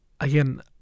again